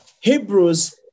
Hebrews